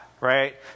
Right